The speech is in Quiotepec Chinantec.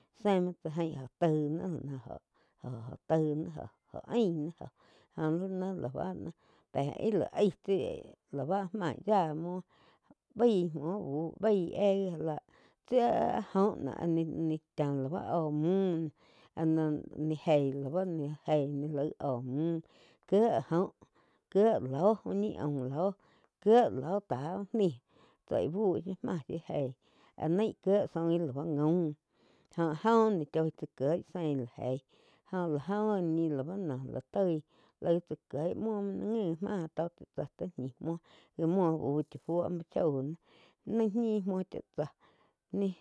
Zeh muo tsá jain óh toi náh áh la no joh toi náh jo ain náh joh nii ná la báh ih la iag tsi lá bá maig ya muo baig muo buh baig éh gi já láh tsi áh joh noh áh ni-ni chá lau oh mu áh ni gei lau ni geih ni laig oh muh kieh joh, kieh loh úh ni aum loh kie lóh tá uh nih tsai bu shiu máh shiu eig áh naí kíe soin ggi lau jaum joh áh joh ni choi tsá kiei zein la jeih jo lá oh ñi lau la toi laig tsá kieg muo mu ni ngi má tó chá tsá tó ñih múo já muoo búh chá fuo muo shoi náh mai ñi muo chá tsá nih.